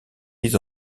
mise